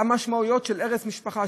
יש משמעויות של הרס משפחה,